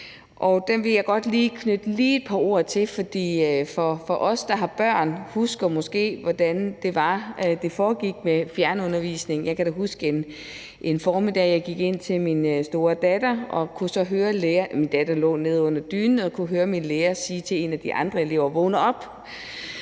Den vil jeg godt lige knytte et par ord til, for os, der har børn, husker måske, hvordan det var, det foregik med fjernundervisningen. Jeg kan da huske en formiddag, jeg gik ind til min store datter og så kunne høre – min datter lå nede under dynen